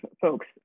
folks